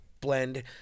blend